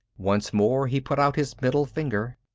once more he put out his middle finger.